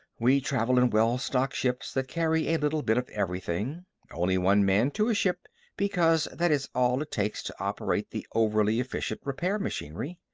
we travel in well-stocked ships that carry a little bit of everything only one man to a ship because that is all it takes to operate the overly efficient repair machinery.